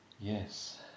Yes